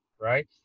right